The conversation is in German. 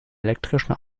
elektrischen